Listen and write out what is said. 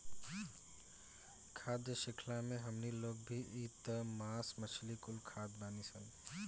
खाद्य शृंख्ला मे हमनी लोग भी त मास मछली कुल खात बानीसन